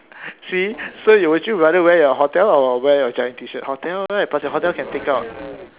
see so would you rather wear your hotel or wear your giant T-shirt hotel right plus your hotel can take out